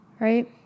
right